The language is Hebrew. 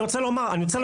זה